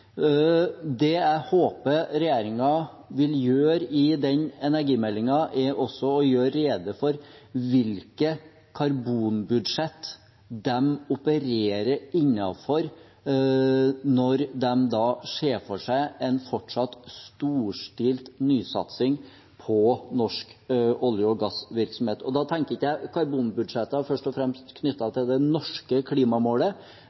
Det jeg håper regjeringen vil gjøre i den energimeldingen, er å gjøre rede for hvilke karbonbudsjett de opererer innenfor, når de ser for seg en fortsatt storstilt nysatsing på norsk olje- og gassvirksomhet. Da tenker jeg ikke på karbonbudsjettet først og fremst knyttet til norske klimamålet,